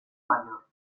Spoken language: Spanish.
mayor